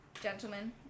gentlemen